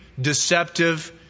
deceptive